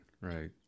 right